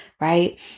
right